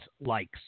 Likes